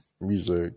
music